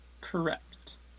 Correct